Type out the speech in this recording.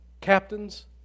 Captains